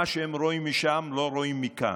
מה שהם רואים משם לא רואים מכאן.